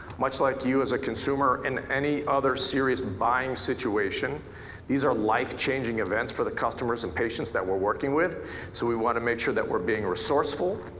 much like you you as a consumer in any other serious buying situation these are life-changing events for the customers and patience that we're working with so we want to make sure that we're being resourceful,